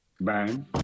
Bang